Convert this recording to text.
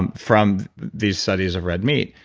um from these studies of red meat.